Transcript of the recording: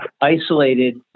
isolated